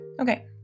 Okay